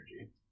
energy